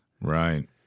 Right